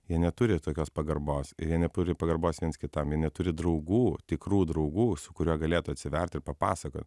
jie neturi tokios pagarbos jie neturi pagarbos viens kitam jie neturi draugų tikrų draugų su kuriuo galėtų atsivert ir papasakot